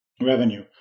revenue